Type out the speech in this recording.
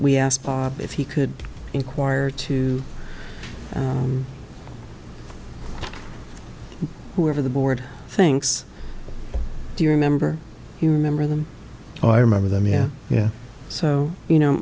we asked bob if he could enquire to whoever the board thinks do you remember you remember them i remember them yeah yeah so you know